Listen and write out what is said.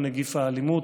הוא נגיף האלימות.